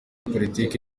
politiki